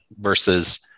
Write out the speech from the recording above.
versus